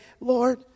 lord